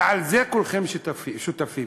ולזה כולכם שותפים,